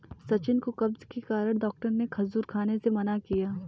सचिन को कब्ज के कारण डॉक्टर ने खजूर खाने से मना किया